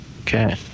okay